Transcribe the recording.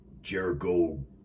Jericho